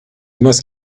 must